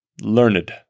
learned